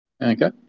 Okay